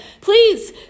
Please